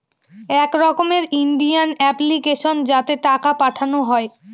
এক রকমের Indian application যাতে টাকা পাঠানো হয়